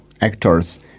actors